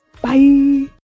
Bye